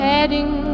Heading